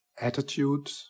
attitude